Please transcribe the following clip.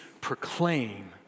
proclaim